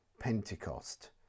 Pentecost